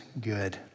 good